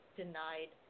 denied